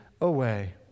away